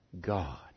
God